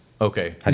Okay